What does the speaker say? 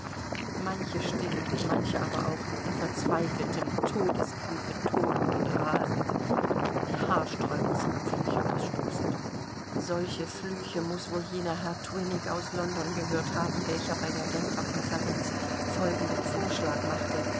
manche still manche aber auch in verzweifeltem todeskampfe tobend und rasend die haarsträubendsten flüche ausstoßend solche flüche mußte wohl jener herr twinnig aus london gehört haben welcher bei der genfer konferenz folgenden vorschlag machte